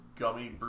gummy